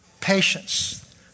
Patience